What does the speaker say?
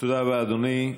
תודה רבה, אדוני.